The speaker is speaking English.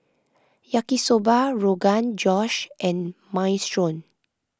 Yaki Soba Rogan Josh and Minestrone